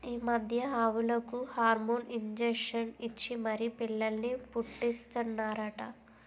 ఈ మధ్య ఆవులకు హార్మోన్ ఇంజషన్ ఇచ్చి మరీ పిల్లల్ని పుట్టీస్తన్నారట